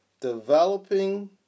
developing